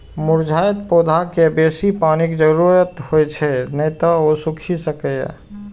मुरझाइत पौधाकें बेसी पानिक जरूरत होइ छै, नै तं ओ सूखि सकैए